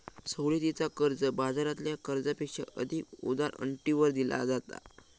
सवलतीचा कर्ज, बाजारातल्या कर्जापेक्षा अधिक उदार अटींवर दिला जाता